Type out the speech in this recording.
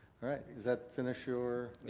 does that finish your.